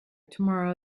tomorrow